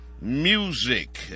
music